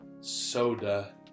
soda